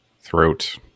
throat